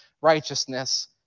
righteousness